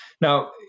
Now